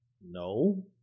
no